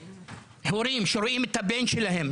הורים שרואים את הבן שלהם,